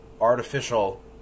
artificial